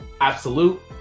absolute